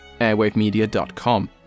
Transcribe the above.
airwavemedia.com